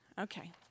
Okay